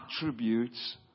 attributes